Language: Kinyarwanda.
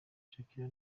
shakira